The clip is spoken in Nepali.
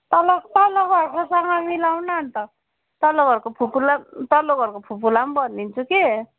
तल तल्लो घरकोसँग मिलाउनु न अन्त तल्लो घरको फुपूलाई तल्लो घरको फुपूलाई पनि भनिदिन्छु कि